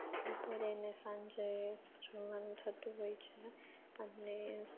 બપોરે એને સાંજે જમવાનું થતું હોય છે અને